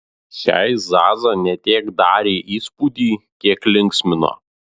šiai zaza ne tiek darė įspūdį kiek linksmino